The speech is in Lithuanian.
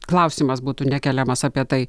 klausimas būtų nekeliamas apie tai